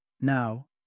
Now